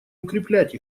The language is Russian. укреплять